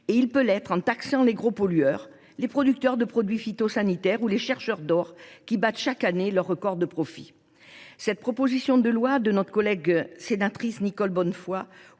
Il peut l’être en taxant les gros pollueurs, les producteurs de produits phytosanitaires ou les chercheurs d’or noir qui battent chaque année leurs records de profits. Cette proposition de loi de notre collègue Nicole Bonnefoy